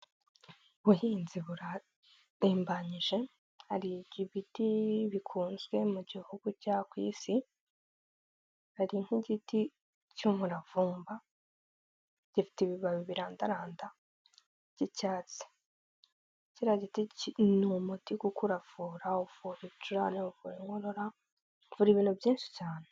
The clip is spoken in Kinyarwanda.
Ubuhinzi buratembanyije hari ibiti bikunzwe mu gihugu cya ku isi, hari nk'igiti cy'umuravumba gifite ibibabi birandaranda by'icyatsi, kiriya giti ni umuti kuko uravura, uvura ibicurane, uvura inkorora, uvura ibintu byinshi cyane.